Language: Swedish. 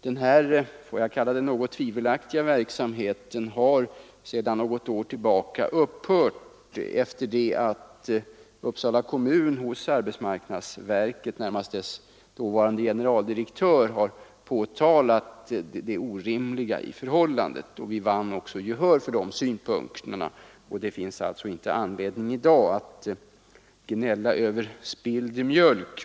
Den här litet tvivelaktiga verksamheten har sedan något år tillbaka upphört efter det att Uppsala kommun hos arbetsmarknadsverkets dåvarande generaldirektör påtalat det orimliga i förhållandet. Det finns alltså i dag inte anledning att gråta över spilld mjölk.